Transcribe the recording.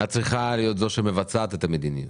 את צריכה להיות זו שמבצעת את המדיניות.